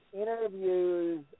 interviews